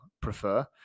prefer